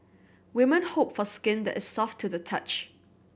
women hope for skin that is soft to the touch